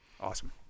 Awesome